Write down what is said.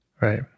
Right